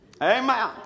Amen